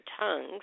tongues